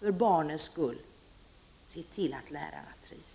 För deras skull — se till att lärarna trivs.